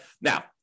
Now